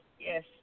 yes